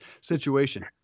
situation